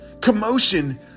commotion